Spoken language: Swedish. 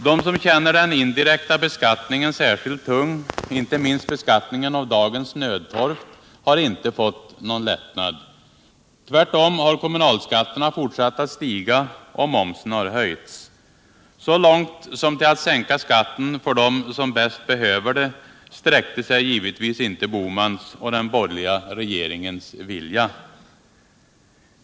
De som känner den indirekta beskattningen särskilt tung, inte minst beskattningen av dagens nödtorft, har inte fått någon lättnad. Tvärtom har kommunalskatterna fortsatt att stiga, och momsen har höjts. Så långt som till att sänka skatten för dem som bäst behöver det sträcker sig givetvis inte Bohmans och den borgerliga regeringens vilja.